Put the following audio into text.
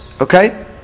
okay